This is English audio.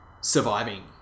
surviving